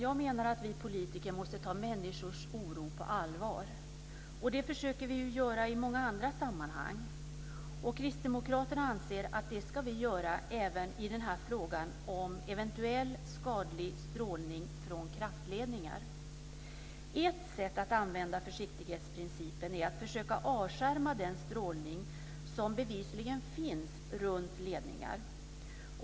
Jag menar att vi politiker måste ta människors oro på allvar. Det försöker vi göra i många andra sammanhang. Kristdemokraterna anser att det ska vi göra även i frågan om eventuell skadlig strålning från kraftledningar. Ett sätt att använda försiktighetsprincipen är att försöka avskärma den strålning som bevisligen finns runt ledningar.